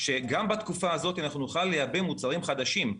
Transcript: שגם בתקופה הזאת אנחנו נוכל לייבא מוצרים חדשים,